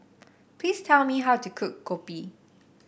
please tell me how to cook Kopi